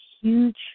huge